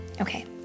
Okay